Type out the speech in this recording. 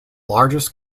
largest